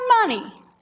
money